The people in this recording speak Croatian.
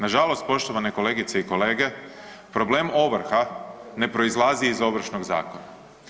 Nažalost poštovane kolegice i kolege problem ovrha ne proizlazi iz Ovršnog zakona.